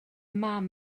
mam